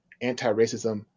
anti-racism